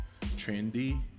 trendy